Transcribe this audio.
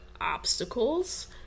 obstacles